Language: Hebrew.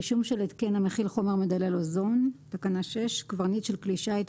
רישום של התקן המכיל חומר מדלל אוזון 6. קברניט של כלי שיט,